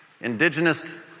Indigenous